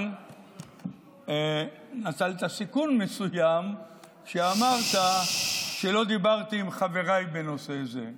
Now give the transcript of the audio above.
אבל נטלת סיכון מסוים כשאמרת שלא דיברתי עם חבריי בנושא זה,